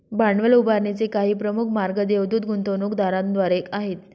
भांडवल उभारणीचे काही प्रमुख मार्ग देवदूत गुंतवणूकदारांद्वारे आहेत